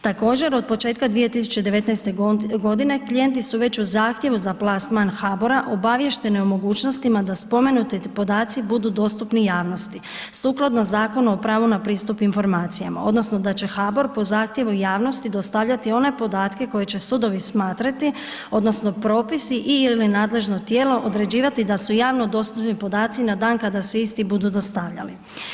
Također, od početka 2019. godine, klijenti su već u zahtjevu za plasman HBOR-a obaviještene o mogućnostima da spomenute podaci budu dostupni javnosti sukladno Zakonu o pravu na pristup informacijama, odnosno da će HBOR po zahtjevu javnosti dostavljati one podatke koje će sudovi smatrati odnosno propisi i/ili nadležno tijelo određivati da su javno dostupni podaci na dan kada se isti budu dostavljali.